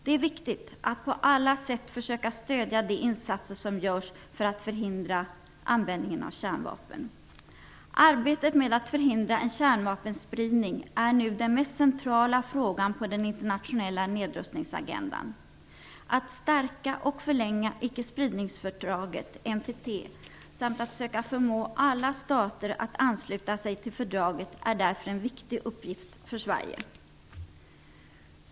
Det är viktigt att på alla sätt försöka stödja de insatser som görs för att förhindra användningen av kärnvapen. Arbetet med att förhindra en kärnvapenspridning är nu den mest centrala frågan på den internationella nedrustningsagendan. Att stärka och förlänga ickespridningsfördraget, NPT, samt att söka förmå alla stater att ansluta sig till fördraget är därför en viktig uppgift för Sverige.